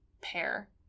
pair